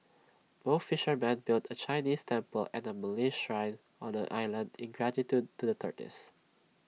both fishermen built A Chinese temple and A Malay Shrine on the island in gratitude to the tortoise